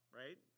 right